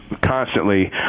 constantly